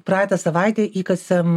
praeitą savaitę įkasėm